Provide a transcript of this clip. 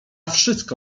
wszystko